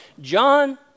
John